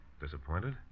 Disappointed